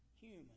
human